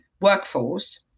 workforce